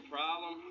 problem